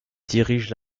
dirigent